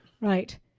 Right